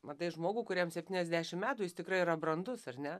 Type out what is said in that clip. matai žmogų kuriam septyniasdešim metų jis tikrai yra brandus ar ne